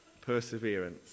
perseverance